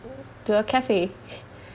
to a cafe